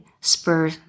spur